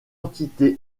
entité